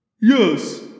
Yes